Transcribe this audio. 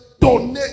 donner